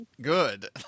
good